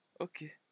okay